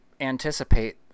anticipate